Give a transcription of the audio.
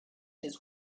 his